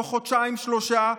תוך חודשיים-שלושה,